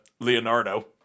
Leonardo